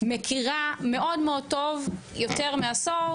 מכירה מאוד מאוד טוב יותר מעשור,